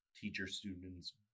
teacher-students